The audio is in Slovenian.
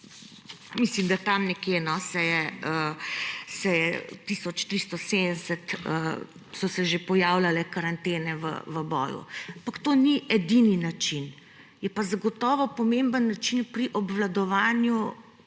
mislim, da tam nekje, 1370. so se že pojavljale karantene v boju. Ampak to ni edini način, je pa zagotovo pomemben način pri obvladovanju